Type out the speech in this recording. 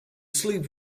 sleeve